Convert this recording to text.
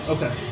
Okay